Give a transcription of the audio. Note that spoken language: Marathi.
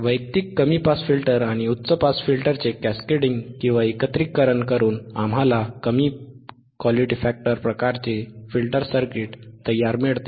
वैयक्तिक कमी पास फिल्टर आणि उच्च पास फिल्टरचे कॅस्केडिंगएकत्रीकरण करून आम्हाला कमी क्यू फॅक्टर प्रकारचे फिल्टर सर्किट तयार मिळते